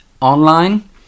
online